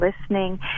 listening